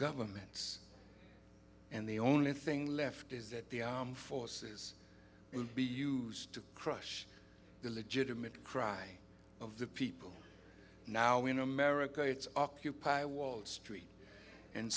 governments and the only thing left is that the armed forces will be used to crush the legitimate cry of the people now in america it's occupy wall street and